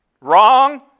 wrong